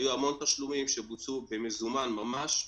היו המון תשלומים שבוצעו במזומן ממש,